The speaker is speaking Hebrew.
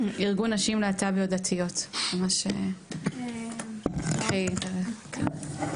זאת לא אופציה מבחינתי.